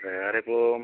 വേറെ ഇപ്പോൾ